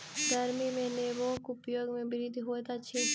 गर्मी में नेबोक उपयोग में वृद्धि होइत अछि